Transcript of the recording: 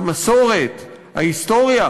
המסורת, ההיסטוריה